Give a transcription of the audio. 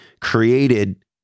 created